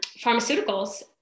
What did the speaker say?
pharmaceuticals